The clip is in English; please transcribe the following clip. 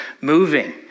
moving